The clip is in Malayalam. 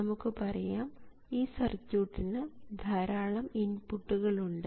നമുക്ക് പറയാം ഈ സർക്യൂട്ടിനു ധാരാളം ഇൻപുട്ടുകൾ ഉണ്ട്